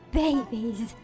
babies